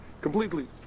completely